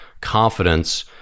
confidence